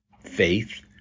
faith